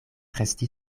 resti